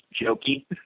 jokey